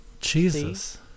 Jesus